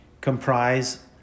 comprise